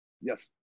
Yes